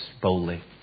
boldly